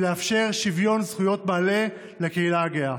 ולאפשר שוויון זכויות מלא לקהילה הגאה.